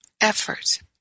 effort